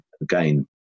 again